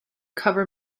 cover